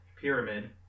pyramid